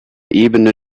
ebene